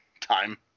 time